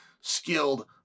skilled